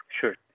Sure